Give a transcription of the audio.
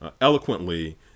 eloquently